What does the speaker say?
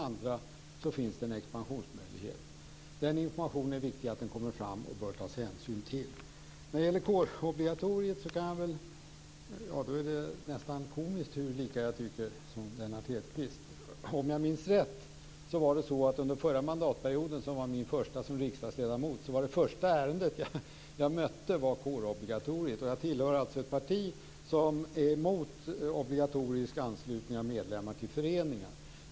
Samtidigt finns det inom andra ämnen en expansionsmöjlighet. Det är viktigt att den informationen kommer fram, och man bör ta hänsyn till den. Det är nästan komiskt hur lika jag och Lennart Hedquist tycker om kårobligatoriet. Under den förra mandatperioden, som var min första som riksdagsledamot, handlade det första ärende som jag mötte om kårobligatoriet, om jag minns rätt. Jag tillhör alltså ett parti som är emot obligatorisk anslutning av medlemmar till föreningar.